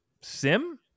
sim